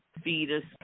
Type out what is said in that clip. fetus